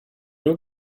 nur